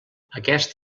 aquest